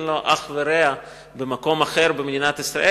שאין לו אח ורע במקום אחר במדינת ישראל,